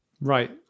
Right